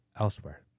elsewhere